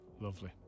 Lovely